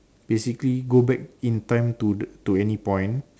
basically go back in time to to any point